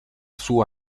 sua